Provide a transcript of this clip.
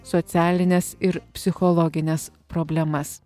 socialines ir psichologines problemas